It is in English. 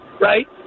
right